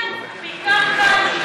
כן, בעיקר כאן.